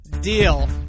deal